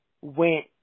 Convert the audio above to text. went